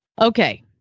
Okay